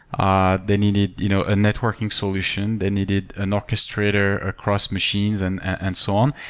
ah they needed you know a networking solution. they needed an orchestrator across machines and and so on,